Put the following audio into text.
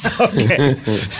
Okay